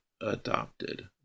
Adopted